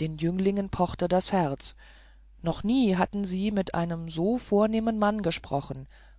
den jünglingen pochte das herz noch nie hatten sie mit einem so vornehmen mann gesprochen